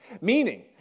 Meaning